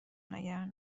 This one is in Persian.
نگران